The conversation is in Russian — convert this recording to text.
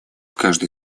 каждой